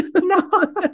No